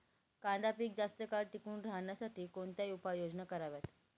कांदा पीक जास्त काळ टिकून राहण्यासाठी कोणत्या उपाययोजना कराव्यात?